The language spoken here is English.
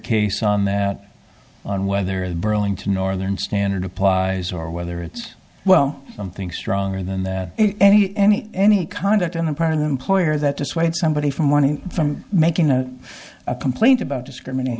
case on that on whether the burlington northern standard applies or whether it's well something stronger than that any any any conduct on the part of the employer that dissuade somebody from one from making a complaint about discriminat